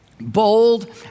bold